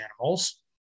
animals